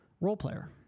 role-player